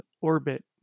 orbit